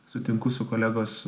sutinku su kolegos